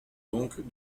donc